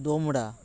ᱫᱚᱢᱲᱟ